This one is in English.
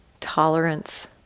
tolerance